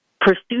pursue